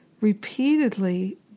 repeatedly